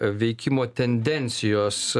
veikimo tendencijos